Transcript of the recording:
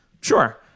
Sure